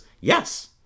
yes